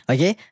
Okay